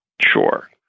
Sure